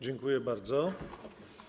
Dziękuję bardzo.